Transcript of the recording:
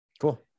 Cool